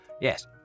Yes